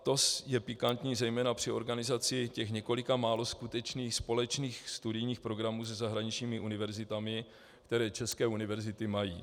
To je pikantní zejména při organizaci těch několika málo skutečných společných studijních programů se zahraničními univerzitami, které české univerzity mají.